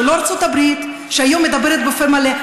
ארצות הברית אומרת היום בפה מלא: